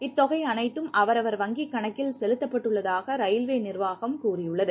இத்தொகைபனைத்தும் அவரவர் வங்கிக் கணக்கில் செலுத்தப்பட்டுள்ளதாக ரயில்வே நிர்வாகம் கூறியுள்ளது